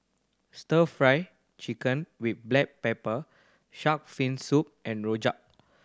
Stir Fry Chicken with black pepper shark fin soup and rojak